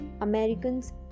Americans